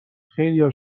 خیلیا